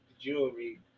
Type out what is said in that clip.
jewelry